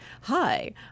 hi